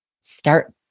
start